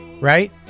right